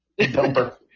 Dumper